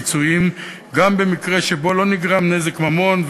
פיצויים גם במקרה שבו לא נגרם נזק ממון,